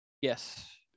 Yes